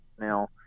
now